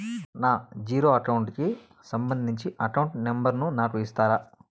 నా zero account కి సంబంధించి అకౌంట్ నెంబర్ ను నాకు ఇస్తారా